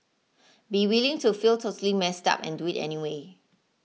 be willing to feel totally messed up and do it anyway